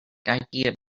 idea